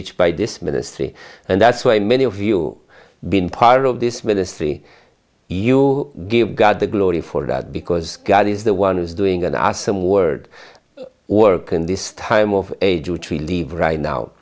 reached by this ministry and that's why many of you been part of this ministry you give god the glory for that because god is the one who is doing an awesome word work in this time of age which we live right now